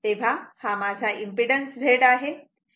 तेव्हा हा माझा इम्पीडन्स Z आहे